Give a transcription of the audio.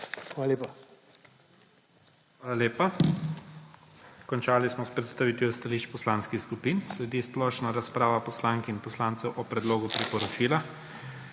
ZORČIČ:** Hvala lepa. Končali smo s predstavitvijo stališč poslanskih skupin. Sledi splošna razprava poslank in poslancev o predlogu priporočila.